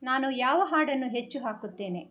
ನಾನು ಯಾವ ಹಾಡನ್ನು ಹೆಚ್ಚು ಹಾಕುತ್ತೇನೆ